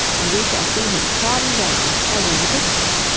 and we shall see him trodden down as in the picture.